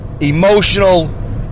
emotional